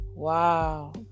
Wow